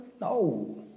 No